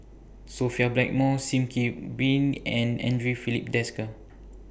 Sophia Blackmore SIM Kee been and Andre Filipe Desker